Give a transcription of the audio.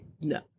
No